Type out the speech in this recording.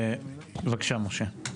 בבקשה משה.